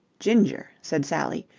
ginger, said sally,